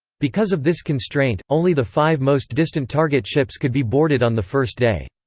because of this constraint, only the five most distant target ships could be boarded on the first day.